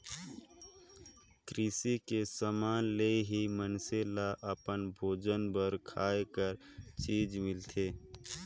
किरसी के समान ले ही मइनसे ल अपन भोजन बर खाए कर चीज मिलथे